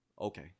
okay